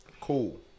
Cool